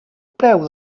preu